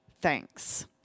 thanks